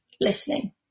listening